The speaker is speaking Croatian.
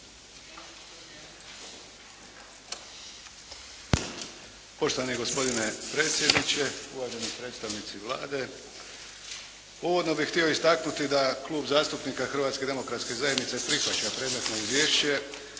Poštovani gospodine predsjedniče, uvaženi predstavnici Vlade. Uvodno bih htio istaknuti da Klub zastupnika Hrvatske demokratske zajednice prihvaća predmetno izvješće